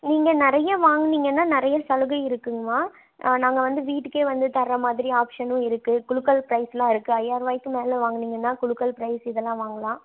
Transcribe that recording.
நீங்கள் நிறைய வாங்குனிங்கன்னா நிறைய சலுகை இருக்குங்கம்மா நாங்கள் வந்து வீட்டுக்கே வந்து தர்ற மாதிரி ஆப்ஷனும் இருக்கு குலுக்கல் ப்ரைஸ்லாம் இருக்கு ஐயாயிருவாயிக்கு மேலே வாங்குனிங்கன்னா குலுக்கல் ப்ரைஸ் இதெல்லாம் வாங்கலாம்